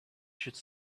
should